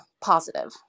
positive